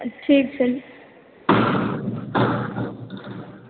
ठीक छै ठीक छै